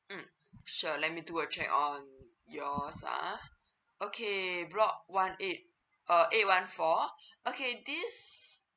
mm sure let me do a check on yours ah okay block one eight uh eight one four okay these